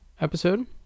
episode